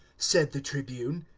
said the tribune.